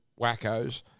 wackos